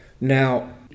Now